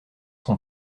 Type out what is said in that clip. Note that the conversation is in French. son